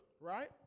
right